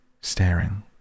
staring